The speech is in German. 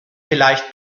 vielleicht